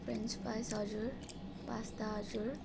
French fries हजुर pasta हजुर